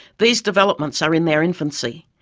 these developments are in their infancy.